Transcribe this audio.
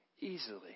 Easily